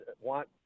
want